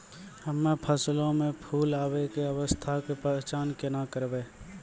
हम्मे फसलो मे फूल आबै के अवस्था के पहचान केना करबै?